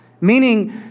Meaning